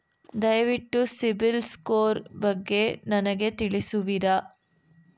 ದಯವಿಟ್ಟು ಸಿಬಿಲ್ ಸ್ಕೋರ್ ಬಗ್ಗೆ ನನಗೆ ತಿಳಿಸುವಿರಾ?